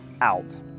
out